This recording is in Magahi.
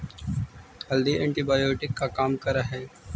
हल्दी एंटीबायोटिक का काम करअ हई